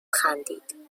خندید